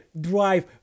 drive